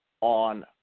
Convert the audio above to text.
on